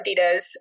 Adidas